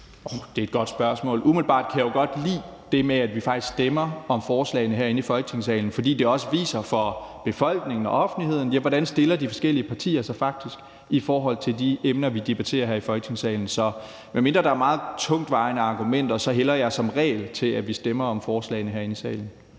Det er et godt spørgsmål. Umiddelbart kan jeg jo godt lide det med, at vi faktisk stemmer om forslagene herinde i Folketingssalen, fordi det også viser for befolkningen og offentligheden, hvordan de forskellige partier faktisk stiller sig i forhold til de emner, vi debatterer her i Folketingssalen. Så medmindre der er meget tungtvejende argumenter, hælder jeg som regel til, at vi bør stemme om forslagene her i salen.